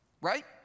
right